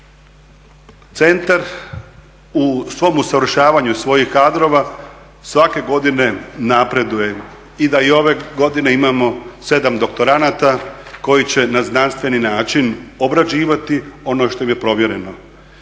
centar u svom usavršavanju svojih kadrova svake godine napreduje i da i ove godine imamo 7 doktoranata koji će na znanstveni način obrađivati ono što je provjereno.